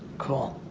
cool.